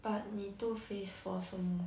but 你 two faced for 什么